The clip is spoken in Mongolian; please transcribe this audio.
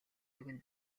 өгнө